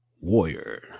warrior